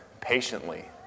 patiently